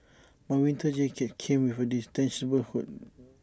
my winter jacket came with A detachable hood